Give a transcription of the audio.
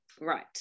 Right